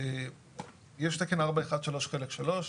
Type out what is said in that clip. יש תקן 413 חלק 3,